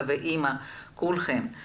חיי התנדבתי כי אני אוהב את העם שלי והארץ.